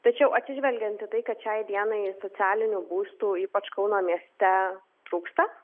tačiau atsižvelgiant į tai kad šiai dienai socialinių būstų ypač kauno mieste trūksta